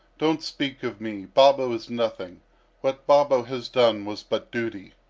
don't speak of me babo is nothing what babo has done was but duty.